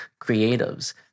creatives